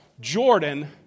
Jordan